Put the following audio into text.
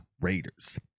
Raiders